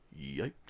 Yikes